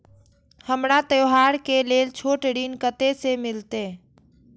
हमरा त्योहार के लेल छोट ऋण कते से मिलते?